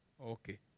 Okay